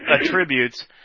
attributes